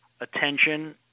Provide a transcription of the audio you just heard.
attention